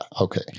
okay